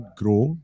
grow